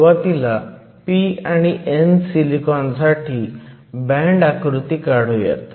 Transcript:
सुरुवातीला p आणि n silicon साठी बँड आकृती काढुयात